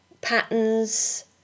patterns